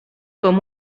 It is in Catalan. com